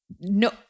no